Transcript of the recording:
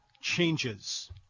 changes